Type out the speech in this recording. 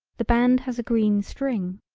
the band has a green string.